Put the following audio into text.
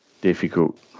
difficult